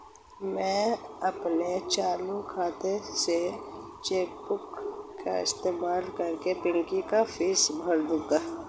मैं अपने चालू खाता से चेक बुक का इस्तेमाल कर पिंकी की फीस भर दूंगा